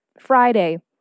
Friday